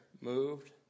moved